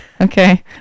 Okay